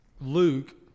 Luke